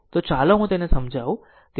તો ચાલો હું તેને સમજાવું